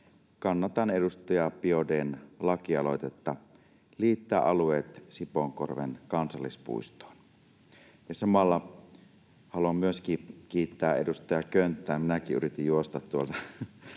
Kannatan edustaja Biaudet’n lakialoitetta liittää alueet Sipoonkorven kansallispuistoon. Samalla haluan kiittää edustaja Könttää — minäkin yritin juosta tuolta